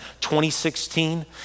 2016